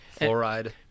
fluoride